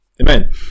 amen